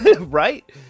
Right